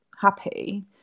happy